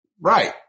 Right